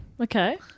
okay